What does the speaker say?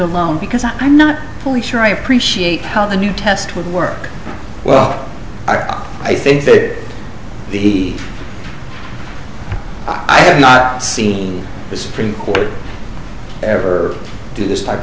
alone because i'm not really sure i appreciate how the new test would work well i think that the i've not seen the supreme court ever do this type